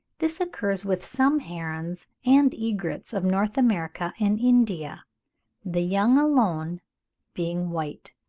this occurs with some herons and egrets of north america and india the young alone being white.